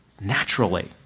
naturally